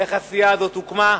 איך הסיעה הזו הוקמה,